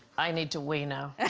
i need to we know